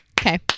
Okay